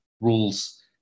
rules